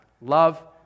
Love